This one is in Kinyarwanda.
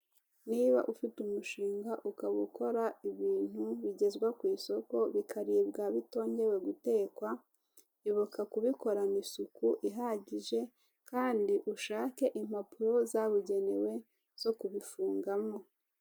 niba ufite umushinga ukaba ukora ibitu bigezwa ku isoko bikariribwa bitongeye gutekwa ibuka kubikorana isuku ihagije kandi ushaka zabugenewe zo kubifungamo.